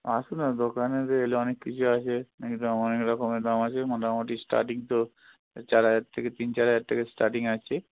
আসুন না দোকানে এলে অনেক কিছু আছে এক দাম অনেক রকমের দাম আছে মোটামুটি স্টার্টিং তো চার হাজার থেকে তিন চার হাজার থেকে স্টার্টিং আছে